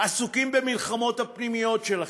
עסוקים במלחמות הפנימיות שלכם,